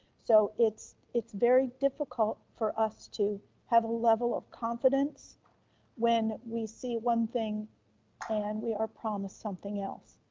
so it's it's very difficult for us to have a level of confidence when we see one thing and we are promised something else,